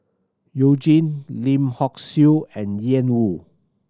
You Jin Lim Hock Siew and Ian Woo